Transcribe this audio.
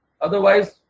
Otherwise